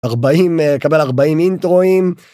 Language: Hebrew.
40 קבל 40 אינטרואים.